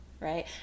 right